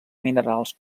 minerals